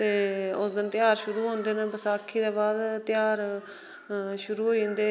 ते उस दिन ध्यार शुरू होंदे न बसाखी दे बाद ध्यार शुरू होई जंदे